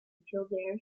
kildare